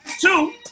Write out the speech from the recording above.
Two